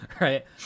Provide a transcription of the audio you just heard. right